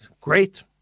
Great